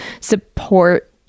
support